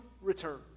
return